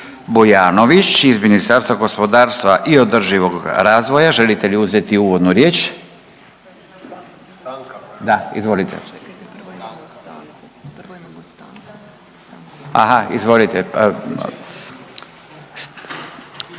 Bujanović iz Ministarstva gospodarstva i održivog razvoja. Želite li uzeti uvodnu riječ? Da, izvolite. Aha izvolite.